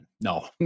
no